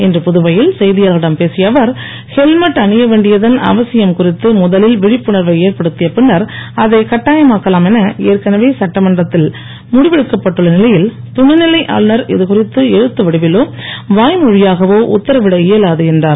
இன்று புதுவையில் செய்தியாளர்களிடம் பேசிய அவர் ஹெல்மெட் அணியவேண்டியதன் அவசியம் குறித்து முதவில் விழிப்புணர்வை ஏற்படுத்திய பின்னர் அதைக் கட்டாயமாக்கலாம் என ஏற்கனவே சட்டமன்றத்தில் முடிவெடுக்கப் பட்டுள்ள நிலையில் துணைநிலை ஆளுனர் இதுகுறித்து எழுத்து வடிவிலோ வாய்மொழியாகவோ உத்தரவிட இயலாது என்றுர்